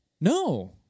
No